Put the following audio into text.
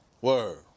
Word